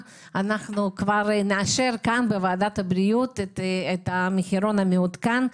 אנחנו כבר נאשר כאן בוועדת הבריאות את המחירון המעודכן.